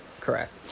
Correct